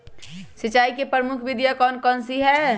सिंचाई की प्रमुख विधियां कौन कौन सी है?